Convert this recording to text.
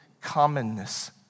commonness